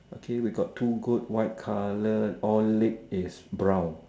okay we got two goat white colour all leg is brown